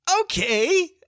Okay